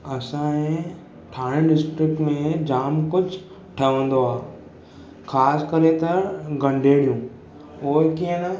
असां जे थाणे डिस्ट्रिक्ट में जाम कुझु ठहंदो आहे ख़ास करे त गंडेरियूं उहे कीअं न